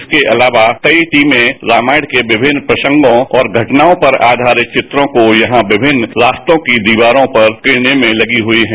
इसके अतावा कई टीमें रामायण के विमिन्न प्रसंगों और घटनाओं पर आवारित वित्रों को यहां विमिन्न रास्तों की दीवारों पर उकरने में तगी हुई है